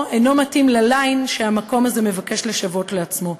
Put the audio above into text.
אינו מתאים לליין שהמקום הזה מבקש לשוות לעצמו.